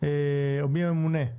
או מי יהיה הממונה.